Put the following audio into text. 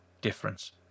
difference